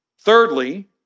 Thirdly